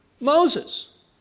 Moses